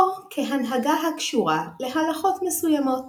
או כהנהגה הקשורה להלכות מסוימות,